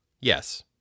yes